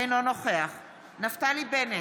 אינו נוכח נפתלי בנט,